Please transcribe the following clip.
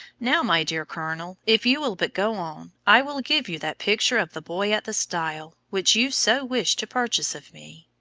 now, my dear colonel, if you will but go on, i will give you that picture of the boy at the stile, which you so wished to purchase of me.